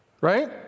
Right